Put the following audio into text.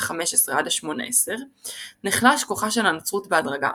ה-15–18 נחלש כוחה של הנצרות בהדרגה.